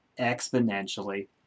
exponentially